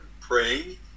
praying